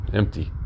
empty